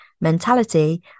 mentality